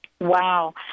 Wow